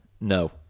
No